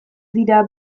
dira